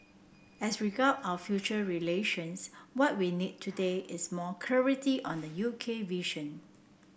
as regard our future relations what we need today is more clarity on the U K vision